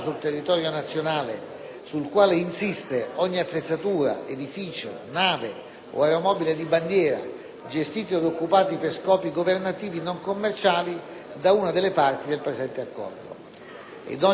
gestiti od occupati per scopi governativi non commerciali da una delle parti del presente Accordo» ed «ogni struttura o locale utilizzato da una delle parti sul territorio dell'altra parte in base ad un accordo con il Governo di quest'ultima».